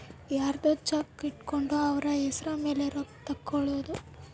ಯರ್ದೊ ಚೆಕ್ ಇಟ್ಕೊಂಡು ಅವ್ರ ಹೆಸ್ರ್ ಮೇಲೆ ರೊಕ್ಕ ಎತ್ಕೊಳೋದು